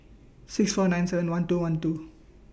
six four nine seven one two one two